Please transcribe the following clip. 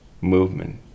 movement